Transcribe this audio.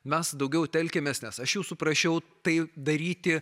mes daugiau telkiamės nes aš jūsų prašiau tai daryti